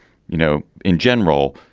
you know, in general,